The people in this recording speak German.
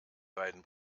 beiden